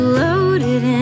loaded